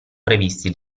previsti